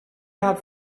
had